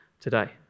today